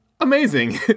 amazing